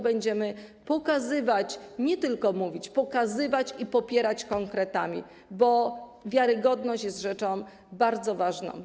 Będziemy to pokazywać, nie tylko o tym mówić, i popierać konkretami, bo wiarygodność jest rzeczą bardzo ważną.